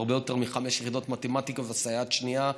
הרבה יותר מחמש יחידות מתמטיקה וסייעת שנייה,